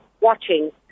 watching